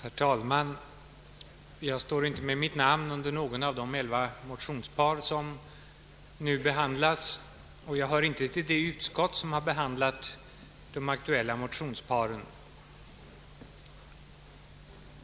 Herr talman! Jag står inte med mitt namn under något av de elva motionspar som nu debatteras och jag tillhör inte heller det utskott som har behandlat de aktuella motionerna.